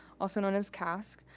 also known as casc,